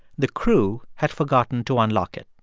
the crew had forgotten to unlock it.